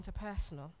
interpersonal